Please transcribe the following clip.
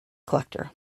collector